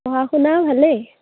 পঢ়া শুনা ভালেই